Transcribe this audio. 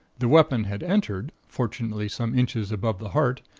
the weapon had entered, fortunately some inches above the heart,